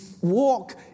walk